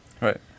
Right